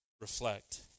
reflect